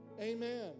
Amen